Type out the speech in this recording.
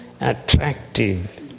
attractive